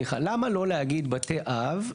למה לא להגיד בתי אב.